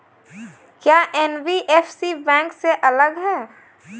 क्या NBFC bank से अलग है?